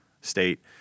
state